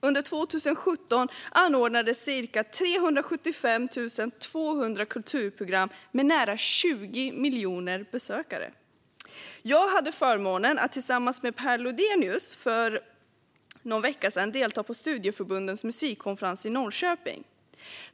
Under 2017 anordnades ca 375 200 kulturprogram med nära 20 miljoner besökare. Jag hade förmånen att tillsammans med Per Lodenius delta på Studieförbundens musikkonferens i Norrköping för någon vecka sedan.